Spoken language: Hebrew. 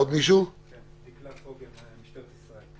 דקלה פוגל, משטרת ישראל.